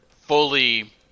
fully